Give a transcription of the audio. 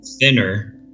thinner